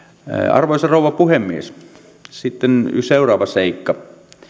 arvoisa rouva puhemies sitten seuraava seikka